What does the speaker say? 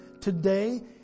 today